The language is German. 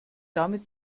damit